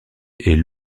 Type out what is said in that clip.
est